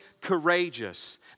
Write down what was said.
courageous